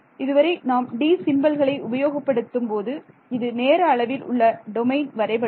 இதுவரை நாம் D சிம்பல்களை உபயோகப்படுத்தும் இது நேர அளவில் உள்ள டொமைன் வரைபடம்